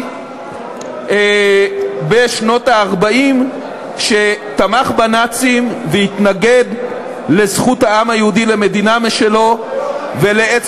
בשנות ה-40 שתמך בנאצים והתנגד לזכות העם היהודי למדינה משלו,